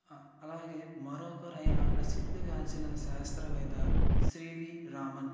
అలాగే మరొకరైన ప్రసిద్ధిగాంచిన శాస్త్రవేత్త శ్రీ వి రామన్